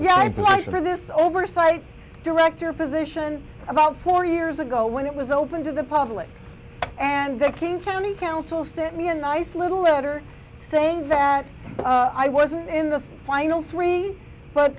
blush for this oversight director position about four years ago when it was open to the public and the king county council sent me a nice little letter saying that i wasn't in the final three but